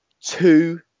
two